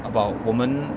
about 我们